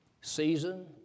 Season